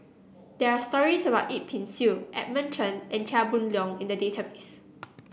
there are stories about Yip Pin Xiu Edmund Chen and Chia Boon Leong in the database